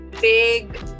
big